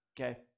okay